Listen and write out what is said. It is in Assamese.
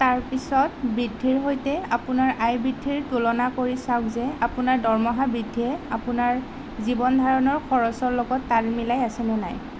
তাৰ পিছত বৃদ্ধিৰ সৈতে আপোনাৰ আয় বৃদ্ধিৰ তুলনা কৰি চাওক যে আপোনাৰ দৰমহা বৃদ্ধিয়ে আপোনাৰ জীৱন ধাৰণৰ খৰচৰ লগত তাল মিলাই আছে নে নাই